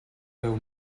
deu